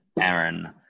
aaron